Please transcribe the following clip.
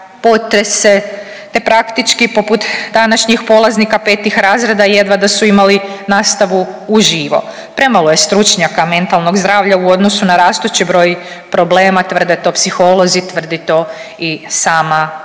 potrese, te praktički poput današnjih polaznika petih razreda jedva da su imali nastavu uživo. Premalo je stručnjaka mentalnog zdravlja u odnosu na rastući broj problema tvrde to psiholozi, tvrdi to i sama